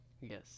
Yes